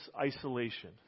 isolation